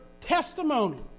testimony